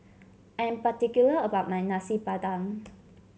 I am particular about my Nasi Padang